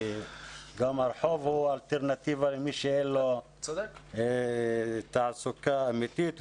כי גם הרחוב הוא אלטרנטיבה למי שאין לו תעסוקה אמיתית,